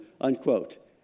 unquote